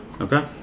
Okay